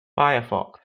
firefox